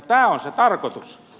tämä on se tarkoitus